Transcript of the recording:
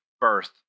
birth